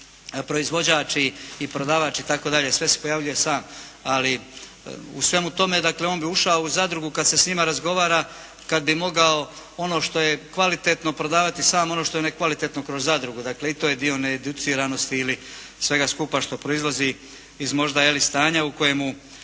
proizvođač i prodavač itd., sve se pojavljuje sam. Ali u svemu tome on bi ušao u zadrugu kad se s njima razgovara kad bi mogao ono što je kvalitetno prodavati sam, ono što je nekvalitetno kroz zadrugu. Dakle, i to je dio needuciranosti ili svega skupa što proizlazi iz možda je li stanja u kojemu